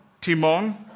Timon